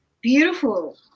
beautiful